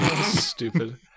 stupid